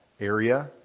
area